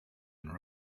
and